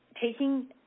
taking